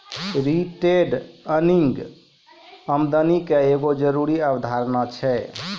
retained earning आमदनी के एगो जरूरी अवधारणा छै